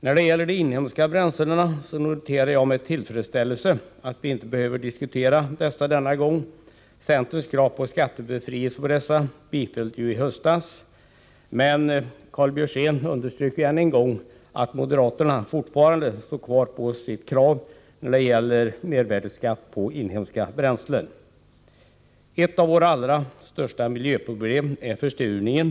När det gäller de inhemska bränslena noterar jag med tillfredsställelse att vi inte behöver diskutera dessa denna gång. Centerns krav på skattebefrielse på dessa bifölls ju i höstas. Men Karl Björzén underströk än en gång att moderaterna fortfarande står fast vid sitt krav på mervärdeskatt på inhemska bränslen. Ett av våra allra största miljöproblem är försurningen.